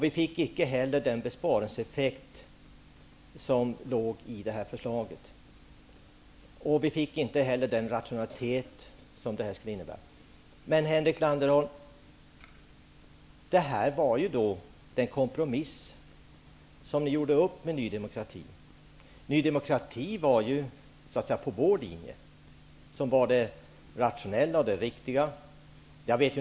Inte heller uppnås den besparingseffekt och den rationalitet som låg i förslaget. Ni gjorde upp med Ny demokrati om en kompromiss. Men Ny demokrati var så att säga på vår linje, som var den rationella och riktiga.